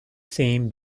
same